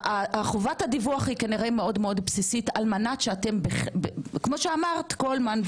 חובת הדיווח היא כנראה מאוד בסיסית - כמו שאמרת קולמן,